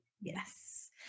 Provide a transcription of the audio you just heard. Yes